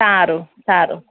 સારું સારું